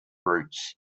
roots